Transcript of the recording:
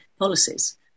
policies